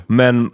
men